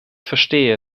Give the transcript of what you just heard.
verstehe